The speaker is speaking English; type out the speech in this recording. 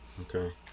Okay